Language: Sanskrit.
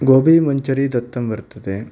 गोपीमञ्चरी दत्तं वर्तते